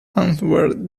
answered